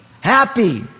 happy